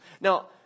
Now